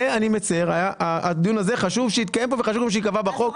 שיתקיים פה וחשוב שייקבע בחוק.